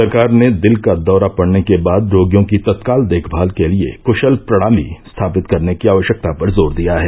सरकार ने दिल का दौरा पड़ने के बाद रोगियों की तत्काल देखभाल के लिए कुशल प्रणाली स्थापित करने की आवश्यकता पर जोर दिया है